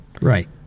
right